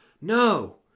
no